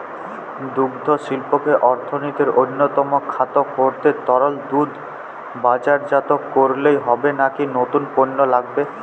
দুগ্ধশিল্পকে অর্থনীতির অন্যতম খাত করতে তরল দুধ বাজারজাত করলেই হবে নাকি নতুন পণ্য লাগবে?